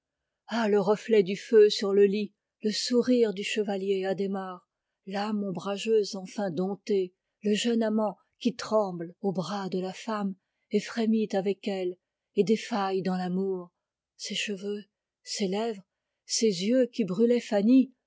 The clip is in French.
ah le reflet du feu sur le lit le sourire du chevalier adhémar l'âme ombrageuse enfin domptée le jeune amant qui tremble aux bras de la femme et frémit avec elle et défaille dans l'amour ces cheveux ces lèvres ces yeux qui brûlaient fanny